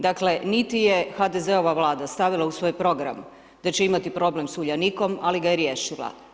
Dakle, niti je HDZ-ova Vlada stavila u svoj program da će imati problem sa Uljanikom, ali ga je riješila.